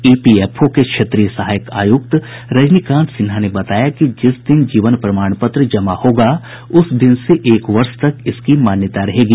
EPFO के क्षेत्रीय सहायक आयुक्त रजनीकांत सिन्हा ने बताया कि जिस दिन जीवन प्रमाण पत्र जमा होगा उस दिन से एक वर्ष तक इसकी मान्यता रहेगी